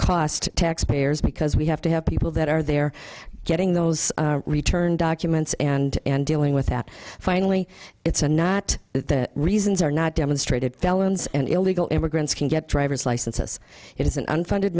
cost taxpayers because we have to have people that are there getting those return documents and and dealing with that finally it's a not that the reasons are not demonstrated felons and illegal immigrants can get driver's licenses it is an unfunded